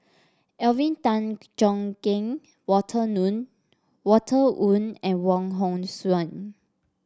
Alvin Tan Cheong Kheng Walter Walter Woon and Wong Hong Suen